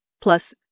plus